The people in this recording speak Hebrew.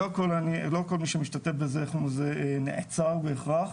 לא כל מי שמשתתף בזה נעצר בהכרח,